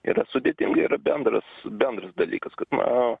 yra sudėtinga yra bendras bendras dalykas kad na